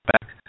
back